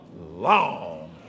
long